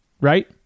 right